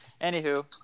Anywho